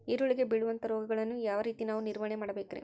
ಈರುಳ್ಳಿಗೆ ಬೇಳುವಂತಹ ರೋಗಗಳನ್ನು ಯಾವ ರೇತಿ ನಾವು ನಿವಾರಣೆ ಮಾಡಬೇಕ್ರಿ?